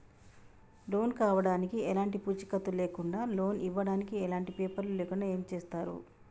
Loan కావడానికి ఎలాంటి పూచీకత్తు లేకుండా లోన్ ఇవ్వడానికి ఎలాంటి పేపర్లు లేకుండా ఏం చేస్తారు?